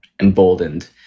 emboldened